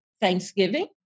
Thanksgiving